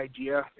idea